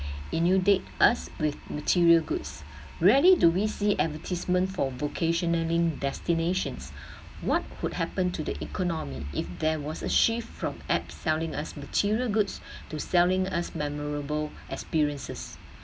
inundate us with material goods rarely do we see advertisement for vacationing destinations what would happen to the economy if there was a shift from app selling us material goods to selling us memorable experiences